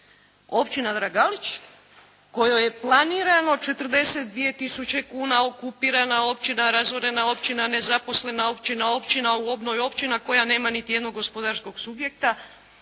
Općina Dragalić kojoj je planirano 42 tisuće kuna okupirana općina, razorena općina, nezaposlena općina, općina u obnovi, općina koja nema niti jednog gospodarskog subjekta,